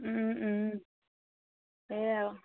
ও ও সেয়াও